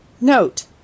note